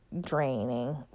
draining